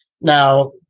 Now